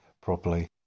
properly